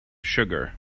sugar